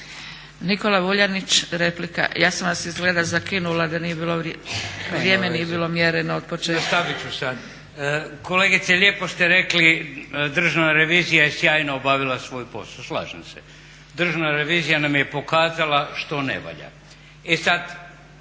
Nikola Vuljanić, replika. Ja sam vas izgleda zakinula da nije bilo, vrijeme nije bilo mjereno od početka.